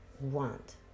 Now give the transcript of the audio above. want